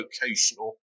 vocational